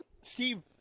Steve